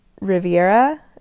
Riviera